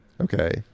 Okay